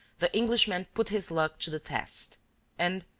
the englishman put his luck to the test and,